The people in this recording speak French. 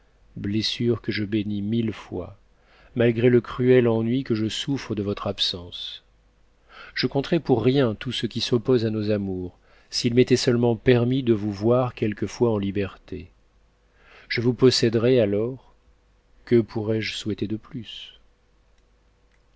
messure lue je bénis mille fois malgré le cruel ennui que je sounre de votre absence je compterais pour rien tout ce qui s'oppose à nos amours s'it m'était seulement permis de vous voir quelquefois en liberté je vous posséderais alors que pourrais-je souhaiter de plus